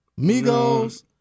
Migos